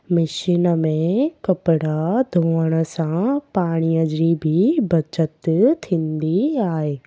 machine में कपिड़ा धोअण सां पाणीअ जी बि बचति थींदी आहे